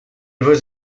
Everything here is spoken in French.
vos